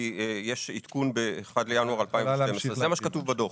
יש עדכון ב-1 בינואר 2012. זה מה שכתוב בדוח.